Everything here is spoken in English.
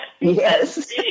Yes